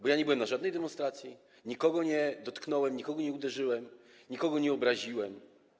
Bo nie byłem na żadnej demonstracji, nikogo nie dotknąłem, nikogo nie uderzyłem, nikogo nie obraziłem.